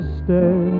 stay